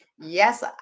yes